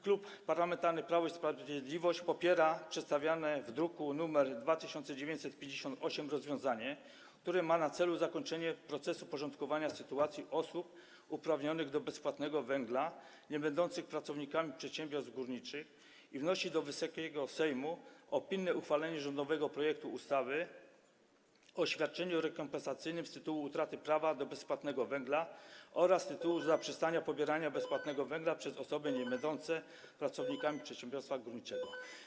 Klub Parlamentarny Prawo i Sprawiedliwość popiera przedstawione w druku nr 2958 rozwiązanie, które ma na celu zakończenie procesu porządkowania sytuacji osób uprawnionych do bezpłatnego węgla, a niebędących pracownikami przedsiębiorstw górniczych, i wnosi do Wysokiego Sejmu o pilne uchwalenie rządowego projektu ustawy o świadczeniu rekompensacyjnym z tytułu utraty prawa do bezpłatnego węgla oraz z tytułu zaprzestania pobierania bezpłatnego węgla przez osoby niebędące pracownikami przedsiębiorstwa górniczego.